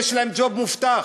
יש להם ג'וב מובטח.